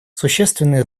существенное